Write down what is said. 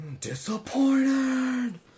Disappointed